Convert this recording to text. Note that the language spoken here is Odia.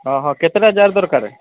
ହଁ ହଁ କେତେଟା ଜାର୍ ଦରକାରେ